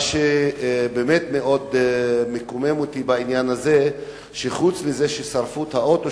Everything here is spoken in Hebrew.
מה שבאמת מאוד מקומם אותי בעניין הזה הוא שחוץ מזה ששרפו את האוטו